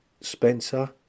Spencer